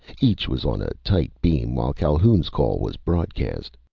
each was on a tight beam, while calhoun's call was broadcast.